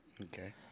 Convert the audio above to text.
Okay